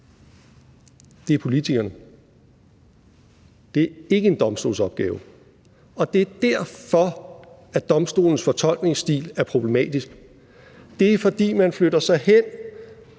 Det er politikerne. Det er ikke en domstolsopgave, og det er derfor, at domstolens fortolkningsstil er problematisk. Det er, fordi man flytter sig hen